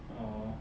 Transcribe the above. oh